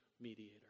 mediator